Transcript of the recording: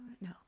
No